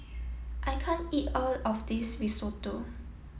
I can't eat all of this Risotto